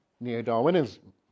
neo-Darwinism